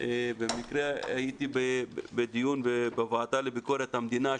במקרה בדיון בוועדה לביקורת המדינה,